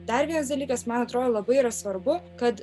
dar vienas dalykas man atrodo labai yra svarbu kad